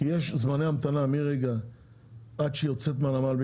אני שואל כי למעשה יש זמני המתנה עד שהיא יוצאת מהנמל,